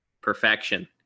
perfection